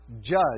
judge